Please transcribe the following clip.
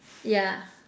yeah